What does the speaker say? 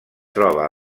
troba